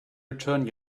return